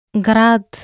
Grad